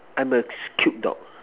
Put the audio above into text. I'm a cute dog